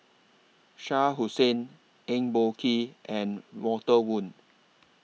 Shah Hussain Eng Boh Kee and Walter Woon